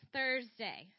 Thursday